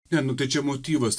ne nu tai čia motyvas